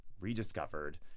rediscovered